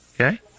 Okay